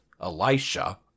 Elisha